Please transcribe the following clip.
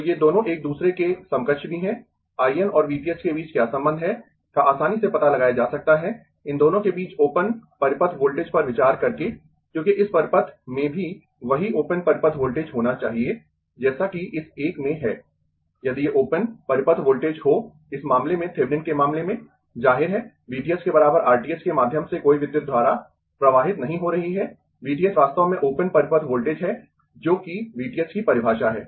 तो ये दोनों एक दूसरे के समकक्ष भी है I N और V t h के बीच क्या संबंध है का आसानी से पता लगाया जा सकता है इन दोनों के बीच ओपन परिपथ वोल्टेज पर विचार करके क्योंकि इस परिपथ में भी वही ओपन परिपथ वोल्टेज होना चाहिए जैसा कि इस एक में है यदि ये ओपन परिपथ वोल्टेज हो इस मामले में थेविनिन के मामले में जाहिर है V t h के बराबर R t h के माध्यम से कोई विद्युत धारा प्रवाहित नहीं हो रही है V t h वास्तव में ओपन परिपथ वोल्टेज है जोकि V t h की परिभाषा है